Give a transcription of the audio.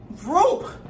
group